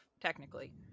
technically